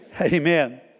amen